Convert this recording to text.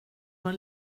var